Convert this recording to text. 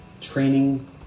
training